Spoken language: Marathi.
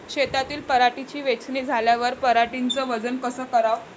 शेतातील पराटीची वेचनी झाल्यावर पराटीचं वजन कस कराव?